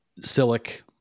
Silic